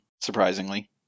surprisingly